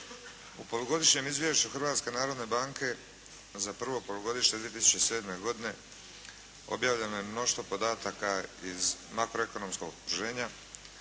U polugodišnjem Izvješću Hrvatske narodne banke za prvo polugodište 2007. godine objavljeno je mnoštvo podataka iz makro ekonomskog okruženja